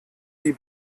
wie